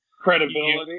credibility